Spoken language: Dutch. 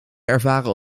ervaren